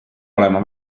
olema